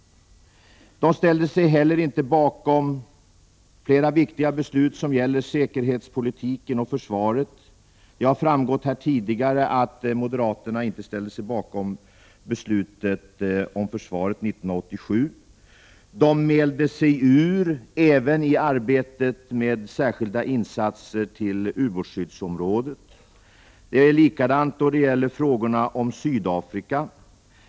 Moderaterna ställde sig inte heller bakom flera viktiga beslut om säkerhetspolitiken och försvaret. Det har framgått här tidigare att moderaterna inte ställde sig bakom beslutet om försvaret 1987. De mälde sig ur även i arbetet med särskilda insatser till ubåtsskyddsområdet. Det är på samma sätt då det gäller frågorna om Sydafrika.